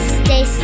stay